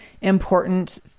important